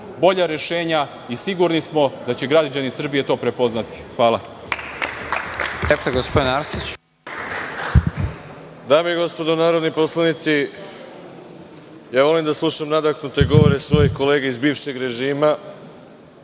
bolja rešenja i sigurni smo da će građani Srbije to prepoznati. Hvala. **Nebojša